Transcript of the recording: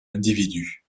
individu